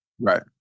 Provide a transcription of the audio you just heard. Right